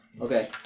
Okay